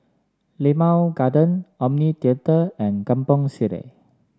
Limau Garden Omni Theatre and Kampong Sireh